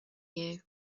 you